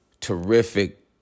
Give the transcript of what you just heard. terrific